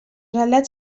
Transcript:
relat